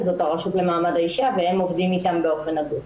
זו הרשות למעמד האישה והם עובדים איתם באופן הדוק.